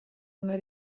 una